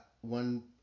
one